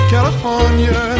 California